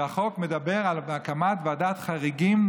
והחוק מדבר על הקמת ועדת חריגים